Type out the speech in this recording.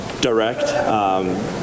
direct